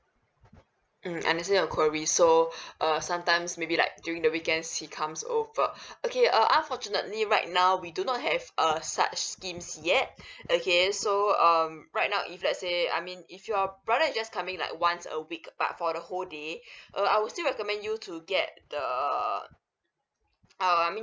mm understand your query so err sometimes maybe like during the weekends he comes over okay uh unfortunately right now we do not have uh such schemes yet okay so um right now if let's say I mean if your brother is just coming like once a week but for the whole day uh I will still recommend you to get the uh I mean